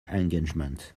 engagement